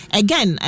again